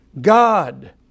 God